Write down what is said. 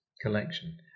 collection